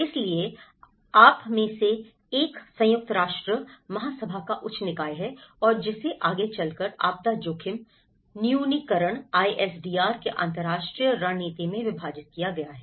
इसलिए आप में से एक संयुक्त राष्ट्र महासभा का उच्च निकाय है और जिसे आगे चलकर आपदा जोखिम न्यूनीकरण ISDR की अंतर्राष्ट्रीय रणनीति में विभाजित किया गया है